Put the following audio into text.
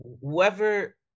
whoever